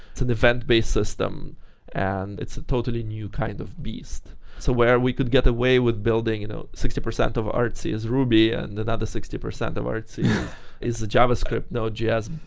it's an event-based system and it's a totally new kind of beast so where we could get away with building you know sixty percent of artsy is ruby and another sixty percent of artsy is a javascript node js.